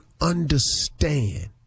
understand